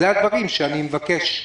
אלה הדברים שאני מבקש.